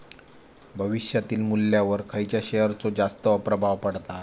भविष्यातील मुल्ल्यावर खयच्या शेयरचो जास्त प्रभाव पडता?